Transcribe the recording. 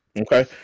Okay